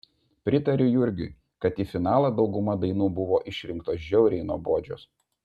pritariu jurgiui kad į finalą dauguma dainų buvo išrinktos žiauriai nuobodžios